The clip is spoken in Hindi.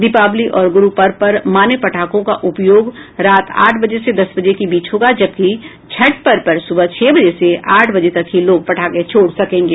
दीपावली और गुरू पर्व पर मान्य पटाखों का उपयोग रात आठ बजे से दस बजे के बीच होगा जबकि छठ पर्व पर सुबह छह बजे से आठ बजे तक ही लोग पटाखे छोड़ सकेंगे